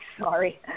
sorry